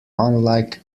unlike